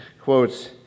quotes